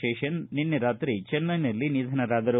ಶೇಷನ್ ನಿನ್ನೆ ರಾತ್ರಿ ಚೆನ್ನೈನಲ್ಲಿ ನಿಧನರಾದರು